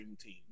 team